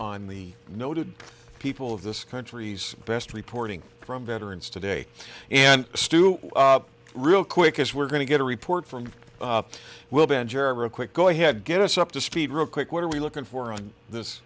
on the noted people of this country's best reporting from veterans today and stu real quick as we're going to get a report from wilbon jarrett quick go ahead get us up to speed real quick what are we looking for on this